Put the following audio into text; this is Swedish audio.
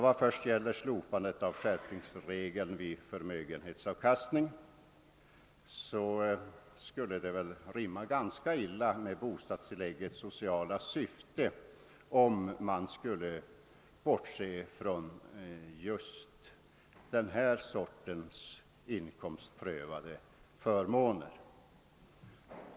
Vad först gäller slopandet av skärpningsregeln beträffande förmögenhetsavkastning skulle det väl rimma ganska illa med bostadstilläggets sociala syfte, om man skulle bortse från förmögenhet just i fråga om den sortens inkomstprövade förmåner.